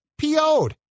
PO'd